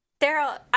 Daryl